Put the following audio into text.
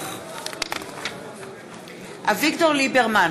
נוכח אביגדור ליברמן,